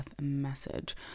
message